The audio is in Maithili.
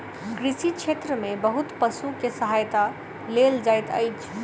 कृषि क्षेत्र में बहुत पशु के सहायता लेल जाइत अछि